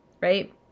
right